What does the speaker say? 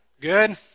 Good